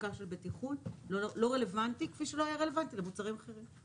הצדקה של בטיחות לא רלוונטי כפי שלא היה רלוונטי למוצרים אחרים.